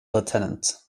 lieutenant